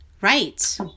Right